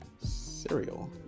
Cereal